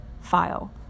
file